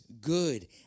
good